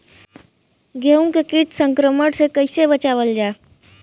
गेहूँ के कीट संक्रमण से कइसे बचावल जा?